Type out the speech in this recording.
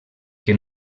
que